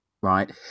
Right